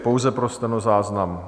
Pouze pro stenozáznam.